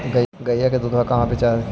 गया के दूधबा कहाँ बेच हखिन?